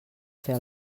fer